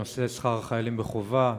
נושא שכר החיילים בחובה,